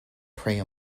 prey